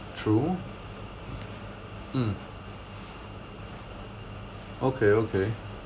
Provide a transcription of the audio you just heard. true mm okay okay